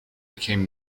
became